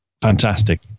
fantastic